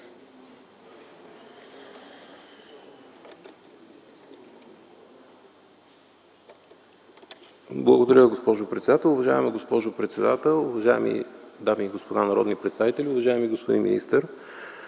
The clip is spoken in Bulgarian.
Благодаря, госпожо председател. Уважаема госпожо председател, уважаеми дами и господа народни представители! Уважаеми господин министър,